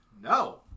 No